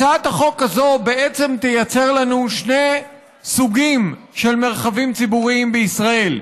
הצעת החוק הזאת בעצם תייצר לנו שני סוגים של מרחבים ציבוריים בישראל: